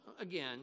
again